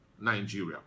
Nigeria